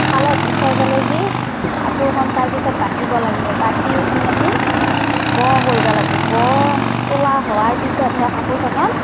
শালত উঠাই পেলাই কি কাপোৰখন তাৰপিছত বাচিব লাগিব বাচি উঠি আমি ব কৰিব লাগিব ব তোলা হোৱাৰ পিছতহে কাপোৰখনত